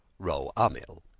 ro amil